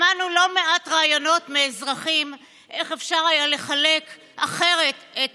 שמענו לא מעט רעיונות מאזרחים איך אפשר היה לחלק אחרת את